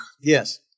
Yes